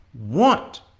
want